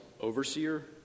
overseer